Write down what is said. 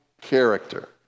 character